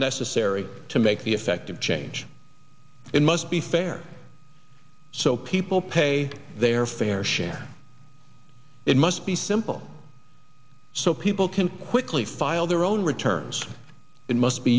necessary to make the effective change in must be fair so people pay their fair share it must be simple so people can quickly file their own returns it must be